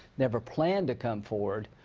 never planned to come forward,